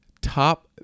Top